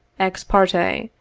ex parte,